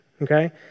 Okay